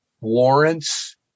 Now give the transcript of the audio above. warrants